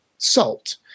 salt